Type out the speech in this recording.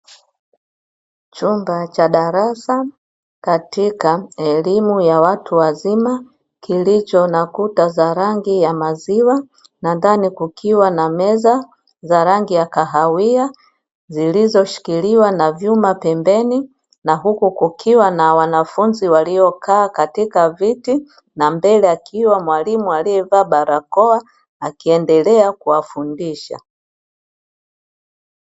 Chumba cha darasa, katika elimu ya watu wazima, kilicho na kuta za rangi ya maziwa na ndani kukiwa na meza za rangi ya kahawia, zilizoshikiliwa na vyuma pembeni, na huku kukiwa na wanafunzi waliokaa katika viti na mbele akiwa mwalimu aliyevaa barakoa, akiendelea kuwafundisha.